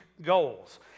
goals